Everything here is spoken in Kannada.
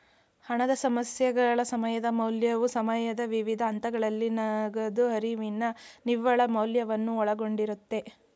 ಹಣದ ಸಮಸ್ಯೆಗಳ ಸಮಯದ ಮೌಲ್ಯವು ಸಮಯದ ವಿವಿಧ ಹಂತಗಳಲ್ಲಿ ನಗದು ಹರಿವಿನ ನಿವ್ವಳ ಮೌಲ್ಯವನ್ನು ಒಳಗೊಂಡಿರುತ್ತೆ